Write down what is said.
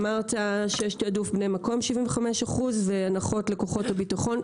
אמרת שיש תעדוף בני מקום של 75% והנחות לכוחות הביטחון,